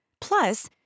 Plus